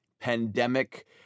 pandemic